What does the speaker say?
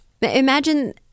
imagine